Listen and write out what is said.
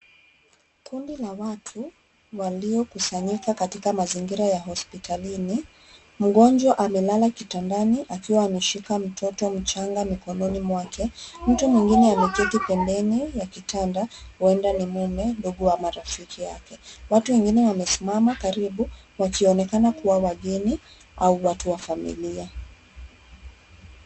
Kundi la watu, waliokusanyika katika mazingira ya hospitalini. Mgonjwa amelala kitandani akiwa ameshika mtoto mchanga mikononi mwake. Mtu mwingine ameketi pembeni ya kitanda huenda ni mume, ndugu ama rafiki yake. Watu wengine wamesimama karibu wakionekana kuwa wageni au watu wa familia.